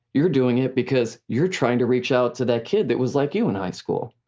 you're doing it because you're trying to reach out to that kid that was like you in high school.